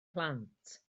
plant